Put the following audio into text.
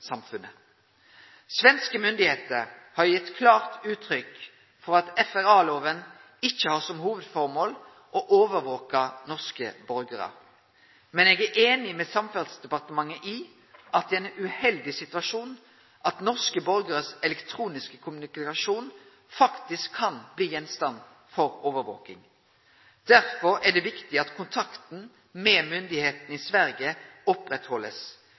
Svenske myndigheiter har gitt klart uttrykk for at FRA-lova ikkje har som hovudformål å overvake norske borgarar. Men eg er einig med Samferdselsdepartementet i at det er ein uheldig situasjon at elektronisk kommunikasjon frå norske borgarar faktisk kan bli gjenstand for overvaking. Derfor er det viktig at kontakten med myndigheitene i Sverige